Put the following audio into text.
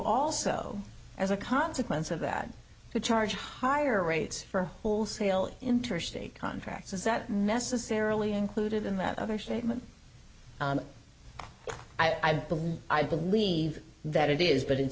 also as a consequence of that the charge higher rates for wholesale interstate contracts is that necessarily included in that other statement i believe i believe that it is but it